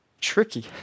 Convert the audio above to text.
tricky